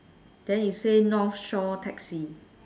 then it say north shore taxi